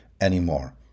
anymore